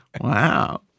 Wow